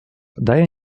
daje